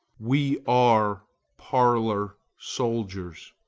we are parlor soldiers.